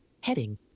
heading